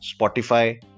Spotify